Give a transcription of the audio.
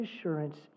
assurance